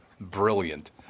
brilliant